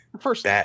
First